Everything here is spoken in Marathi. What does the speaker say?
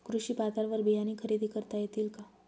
कृषी बाजारवर बियाणे खरेदी करता येतील का?